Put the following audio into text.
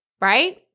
right